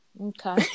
okay